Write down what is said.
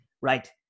right